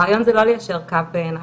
הרעיון זה לא ליישר קו בעיניי,